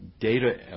data